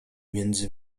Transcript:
między